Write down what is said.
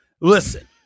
Listen